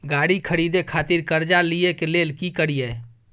गाड़ी खरीदे खातिर कर्जा लिए के लेल की करिए?